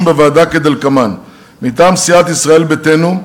בוועדה כדלקמן: מטעם סיעת ישראל ביתנו,